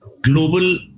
global